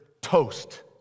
toast